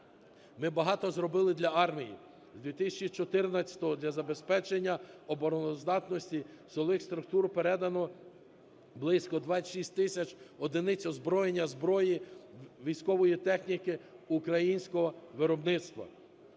Ми багато зробили для армії. З 2014-го для забезпечення обороноздатності силових структур передано близько 26 тисяч одиниць озброєння, зброї, військової техніки українського виробництва.